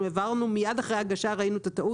מייד אחרי ההגשה ראינו את הטעות,